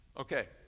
Okay